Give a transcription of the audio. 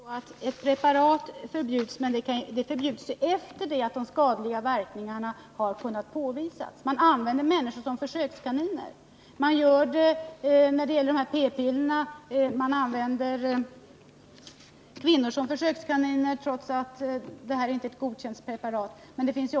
Herr talman! Det förekommer ju att preparat förbjuds, men det sker först efter det att skadliga verkningar påvisats. Man använder alltså människorna som försökskaniner. Så sker t.ex. när det gäller p-pillerna, där ett preparat som inte ens är godkänt används på kvinnliga försökskaniner.